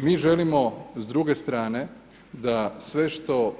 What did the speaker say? Mi želimo s druge strane da sve što